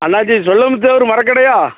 அண்ணாச்சி செல்வமுத்து அவர் மரக்கடையா